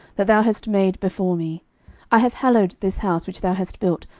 that thou hast made before me i have hallowed this house, which thou hast built,